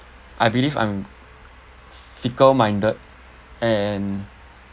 I believe I'm fickle minded and